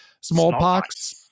Smallpox